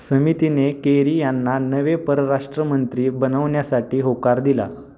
समितीने केरी यांना नवे परराष्ट्रमंत्री बनवण्यासाठी होकार दिला